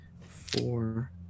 four